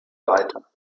weiter